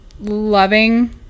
loving